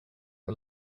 are